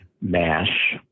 MASH